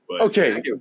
Okay